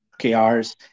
KRs